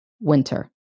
winter